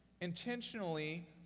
intentionally